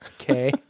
Okay